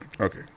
Okay